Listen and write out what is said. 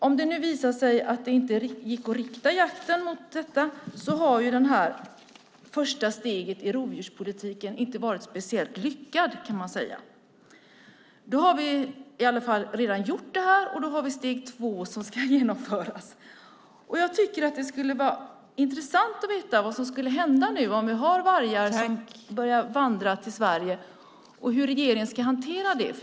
Om det nu visar sig att det inte gick att rikta jakten mot detta kan man inte säga att detta första steg i rovdjurspolitiken varit speciellt lyckat. Nu har vi alla fall redan gjort detta, och då har vi steg 2 som ska genomföras. Jag tycker att det skulle vara intressant att veta vad som skulle hända om vi nu har vargar som börjar vandra till Sverige. Hur ska regeringen hantera det?